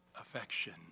affection